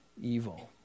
evil